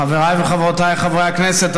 חבריי וחברותיי חברי הכנסת,